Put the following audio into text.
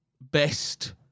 Best